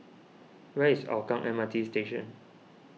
where is Hougang M R T Station